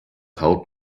haut